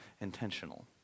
intentional